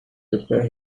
prepare